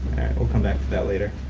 we'll come back to that later.